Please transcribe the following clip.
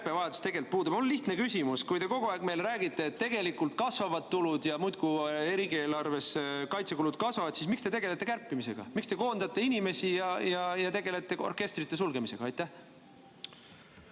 Kärpevajadus tegelikult puudub. Mul on lihtne küsimus. Kui te kogu aeg räägite, et tegelikult tulud kasvavad ja riigieelarves kaitsekulud muudkui kasvavad, siis miks te tegelete kärpimisega? Miks te koondate inimesi ja tegelete orkestrite sulgemisega? Aitäh,